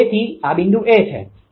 તેથી આ બિંદુ A છે